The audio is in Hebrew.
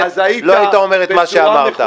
לא היית אומר את מה שאמרת ---- האופוזיציה והקואליציה,